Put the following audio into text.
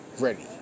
ready